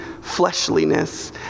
fleshliness